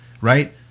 right